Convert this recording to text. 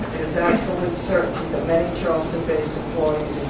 is absolute certainty that many charleston-based employees,